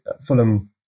Fulham